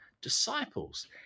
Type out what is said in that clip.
disciples